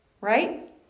Right